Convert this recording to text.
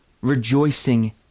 rejoicing